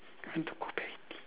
time to go back already